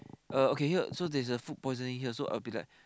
uh okay here so there is a food poisoning here so I will be like